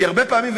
כי הרבה פעמים,